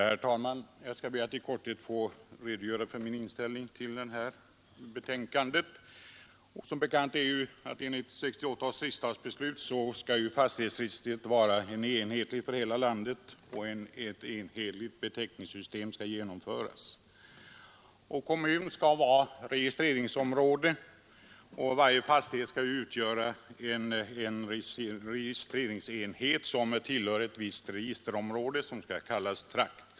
Herr talman! Jag skall be att i korthet få redogöra för min inställning till detta betänkande. Enligt riksdagsbeslut år 1968 skall som bekant fastighetsregistret vara enhetligt för hela landet, och ett enhetligt beteckningssystem skall genomföras. Kommun skall vara registerområde, och varje fastighet skall utgöra en registerenhet, som tillhör ett visst registerområde vilket kallas trakt.